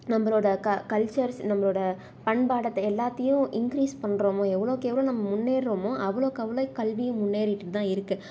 நம்மளோட கல்ச்சர்ஸ் நம்மளோட பண்பாடு எல்லாத்தியும் இன்க்ரீஸ் பண்ணுறமோ எவ்வளோவுக்கு எவ்வளோ நம்ம முன்னேருரமோ அவ்ளோவுக்கு அவ்ளோ கல்வியும் முன்னேறிகிட்டு தான் இருக்குது